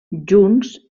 junts